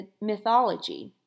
mythology